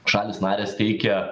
šalys narės teikia